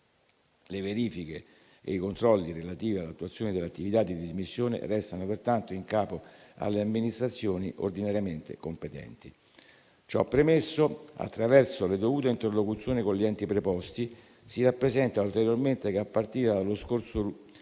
Le verifiche e i controlli relativi all'attuazione dell'attività di dismissione restano pertanto in capo alle amministrazioni ordinariamente competenti. Ciò premesso, attraverso le dovute interlocuzioni con gli enti preposti, si rappresenta ulteriormente che, a partire dallo scorso luglio